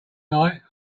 night